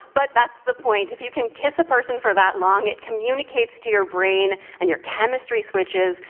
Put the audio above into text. but that's the point. if you can kiss a person for that long, it communicates to your brain and your chemistry switches.